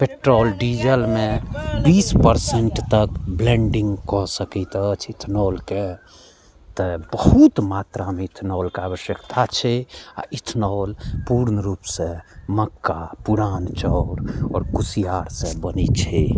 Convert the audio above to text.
petrol डीजलमे बीस percent तक ब्लेन्डिंग कऽ सकैत अछि इथेनॉलके तऽ बहुत मात्रामे इथेनॉलके आवश्यक्ता छै आ इथेनॉल पूर्ण रूपसँ मक्का पुरान चाउर आओर कुसियारसँ बनैत छै